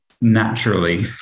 naturally